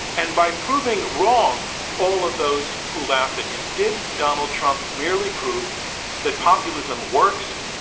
and by proving wrong all of those who laughed at him, did donald trump merely prove that populism works,